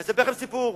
אני אספר לכם סיפור,